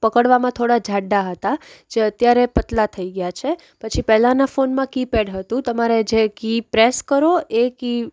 પકડવામાં થોડા જાડા હતા જે અત્યારે પાતળા થઈ ગયા છે પછી પહેલાંના ફોનમાં કીપેડ હતું તમારે જે કી પ્રેસ કરો એ કી